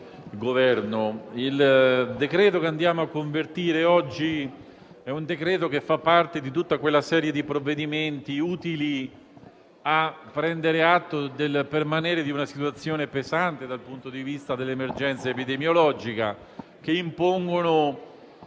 il decreto che andiamo a convertire oggi fa parte di tutta quella serie di provvedimenti utili a prendere atto del permanere di una situazione pesante dal punto di vista dell'emergenza epidemiologica, che impone